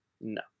No